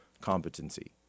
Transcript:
competency